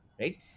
right